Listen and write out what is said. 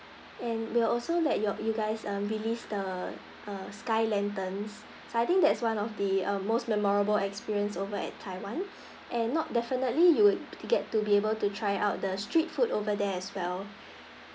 and we'll also let your you guys um release the err sky lanterns I think that's one of the um most memorable experience over at taiwan and not definitely you will get to be able to try out the street food over there as well